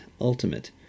ultimate